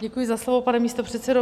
Děkuji za slovo, pane místopředsedo.